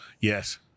Yes